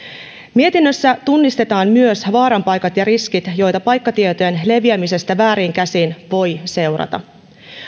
mietinnössä tunnistetaan myös vaaran paikat ja riskit joita paikkatietojen leviämisestä vääriin käsiin voi seurata